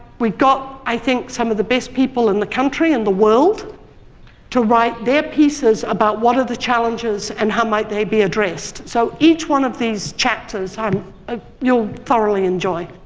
we got, i think, some of the best people in the country and the world to write their pieces about what are the challenges and how might they be addressed. so each one of these chapters, ah um ah you'll thoroughly enjoy